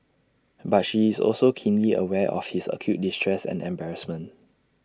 but she is also keenly aware of his acute distress and embarrassment